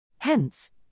Hence